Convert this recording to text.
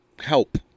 help